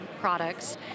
products